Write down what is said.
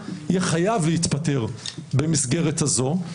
יהיה חייב להתפטר במסגרת הזאת.